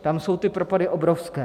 Tam jsou ty propady obrovské.